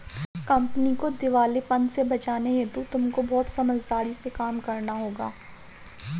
company को दिवालेपन से बचाने हेतु तुमको बहुत समझदारी से काम करना होगा